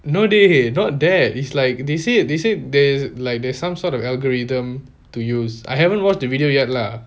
no dey not that it's like they say they say there's like there's some sort of algorithm to use I haven't watched the video yet lah